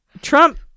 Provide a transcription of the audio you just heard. trump